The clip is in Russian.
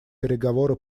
переговоры